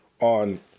on